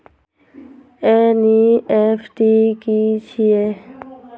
NEFT की छीयै?